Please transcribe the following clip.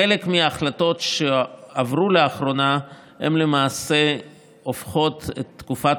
חלק מההחלטות שעברו לאחרונה למעשה הופכות את תקופת